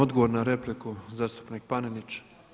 Odgovor na repliku zastupnik Panenić.